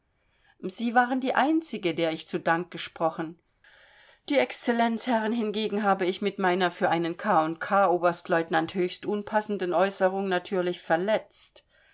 sie waren die einzige der ich zu dank gesprochen die exzellenzherren hingegen habe ich mit meiner für einen k k oberstlieutenant höchst unpassenden äußerung natürlich verletzt